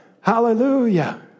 Hallelujah